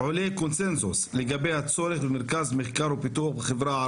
יש לנו מרכז לחקר שיטפונות